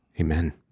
Amen